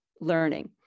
learning